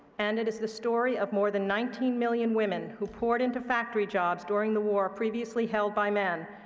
and it is the story of more than nineteen million women who poured into factory jobs during the war previously held by men,